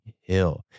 hill